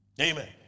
Amen